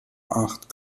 acht